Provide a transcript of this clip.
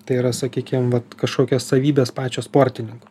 tai yra sakykim vat kažkokios savybės pačio sportininko